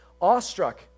Awestruck